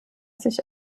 sich